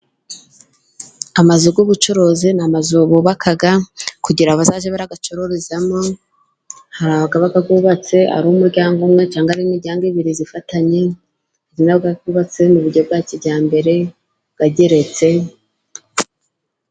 Amazu y'ubucuruzi ni amazu bubaka kugira bazajye barayacururizamo, hari aba yubatse ari umuryango umwe cyangwa ari imiryango ibiri ifatanye, hari n'aba yubatse mu buryo bwa kijyambere ageretse.